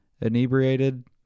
inebriated